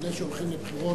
לפני שהולכים לבחירות,